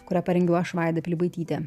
kurią parengiau aš vaida pilibaitytė